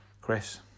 Chris